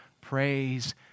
Praise